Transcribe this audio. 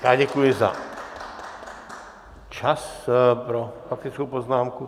Já děkuji za čas pro faktickou poznámku.